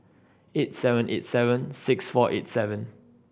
eight seven eight seven six four eight seven